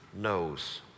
knows